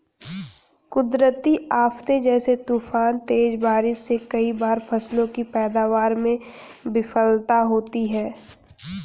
कुदरती आफ़ते जैसे तूफान, तेज बारिश से कई बार फसलों की पैदावार में विफलता होती है